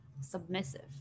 submissive